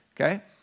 Okay